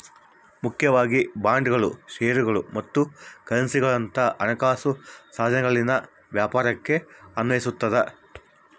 ಮುಖ್ಯವಾಗಿ ಬಾಂಡ್ಗಳು ಷೇರುಗಳು ಮತ್ತು ಕರೆನ್ಸಿಗುಳಂತ ಹಣಕಾಸು ಸಾಧನಗಳಲ್ಲಿನ ವ್ಯಾಪಾರಕ್ಕೆ ಅನ್ವಯಿಸತದ